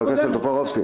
חבר הכנסת טופורובסקי,